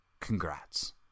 Congrats